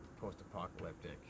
post-apocalyptic